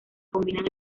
combinan